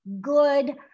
good